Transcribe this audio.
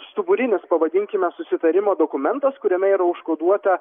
stuburinis pavadinkime susitarimo dokumentas kuriame yra užkoduota